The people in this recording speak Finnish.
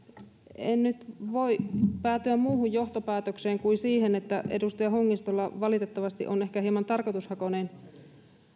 en nyt voi päätyä muuhun johtopäätökseen kuin siihen että edustaja hongistolla valitettavasti on ehkä hieman tarkoitushakuinen